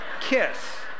Kiss